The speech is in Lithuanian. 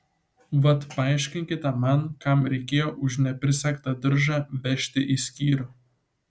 vat paaiškinkite man kam reikėjo už neprisegtą diržą vežti į skyrių